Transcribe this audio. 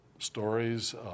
stories